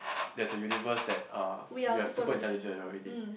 there's a universe that uh we are super intelligent already